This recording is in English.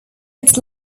its